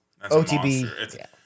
OTB